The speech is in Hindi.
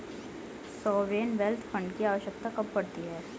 सॉवरेन वेल्थ फंड की आवश्यकता कब पड़ती है?